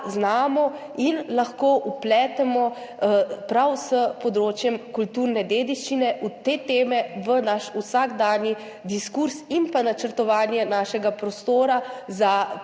in lahko vpletemo prav s področjem kulturne dediščine v te teme, v naš vsakdanji diskurz in pa v načrtovanje našega prostora za prihodnost.